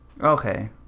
Okay